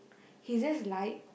he just like